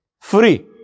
Free